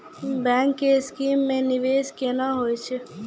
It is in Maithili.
बैंक के स्कीम मे निवेश केना होय छै?